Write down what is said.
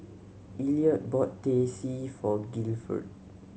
Elliot bought Teh C for Gilford